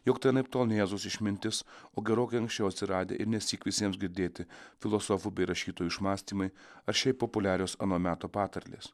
jog tai anaiptol ne jėzus išmintis o gerokai anksčiau atsiradę ir nesyk visiems girdėti filosofų bei rašytojų išmąstymai ar šiaip populiarios ano meto patarlės